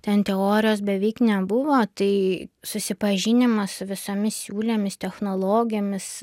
ten teorijos beveik nebuvo tai susipažinimas su visomis siūlėmis technologijomis